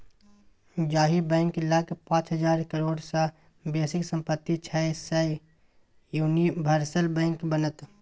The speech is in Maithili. जाहि बैंक लग पाच हजार करोड़ सँ बेसीक सम्पति छै सैह यूनिवर्सल बैंक बनत